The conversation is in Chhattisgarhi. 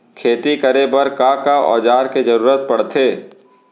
खेती करे बर का का औज़ार के जरूरत पढ़थे?